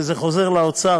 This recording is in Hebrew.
וזה חוזר לאוצר,